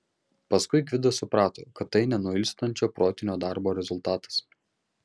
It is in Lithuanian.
paskui gvidas suprato kad tai nenuilstančio protinio darbo rezultatas